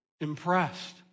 Impressed